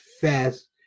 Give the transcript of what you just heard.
fast